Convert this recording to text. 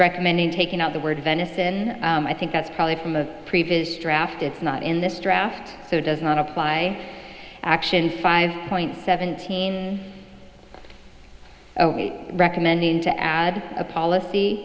recommending taking out the word venison i think that's probably from a previous draft it's not in this draft so does not apply action five point seven teens recommending to add a policy